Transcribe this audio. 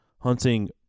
hunting